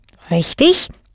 Richtig